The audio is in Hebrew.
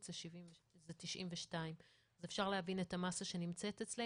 זה 92. אז אפשר להבין את המאסה שנמצאת אצלנו,